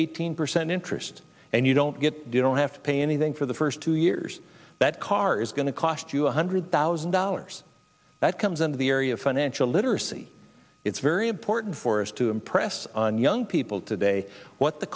eighteen percent interest and you don't get don't have to pay anything for the first two years that car is going to cost you one hundred thousand dollars that comes into the area of financial literacy it's very important for us to impress on young people today what the